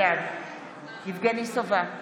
בעד יבגני סובה,